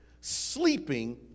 sleeping